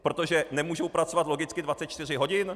Protože nemůžou pracovat logicky 24 hodin?